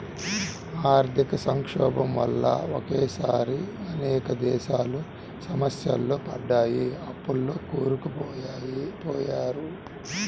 ఆర్థిక సంక్షోభం వల్ల ఒకేసారి అనేక దేశాలు సమస్యల్లో పడ్డాయి, అప్పుల్లో కూరుకుపోయారు